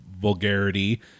vulgarity